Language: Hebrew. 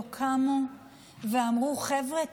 לא קמו ואמרו: חבר'ה,